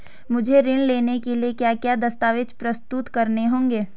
मुझे ऋण लेने के लिए क्या क्या दस्तावेज़ प्रस्तुत करने होंगे?